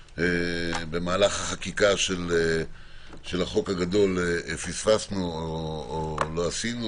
שבמהלך חקיקה של החוק הגדול פספסנו או לא עשינו,